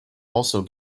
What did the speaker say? also